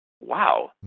Wow